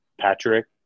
Patrick